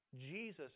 Jesus